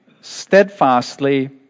steadfastly